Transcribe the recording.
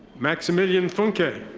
maximilian funke.